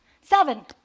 seven